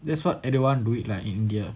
that's what everyone do it like india